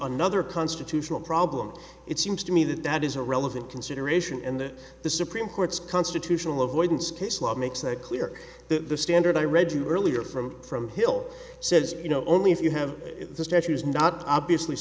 another constitutional problem it seems to me that that is a relevant consideration and that the supreme court's constitutional avoidance case law makes that clear the standard i read you earlier from from hill says you know only if you have the statues not obviously